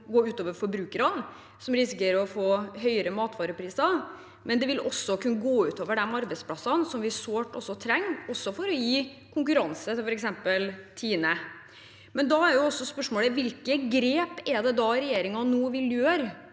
som risikerer å få høyere matvarepriser, men det vil også kunne gå ut over de arbeidsplassene, som vi sårt trenger, også for å gi konkurranse til f.eks. Tine. Men da er spørsmålet: Hvilke grep vil regjeringen nå ta for